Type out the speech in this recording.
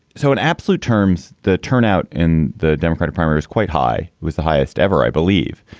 so in absolute terms, the turnout in the democratic primary is quite high with the highest ever, i believe,